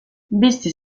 bizi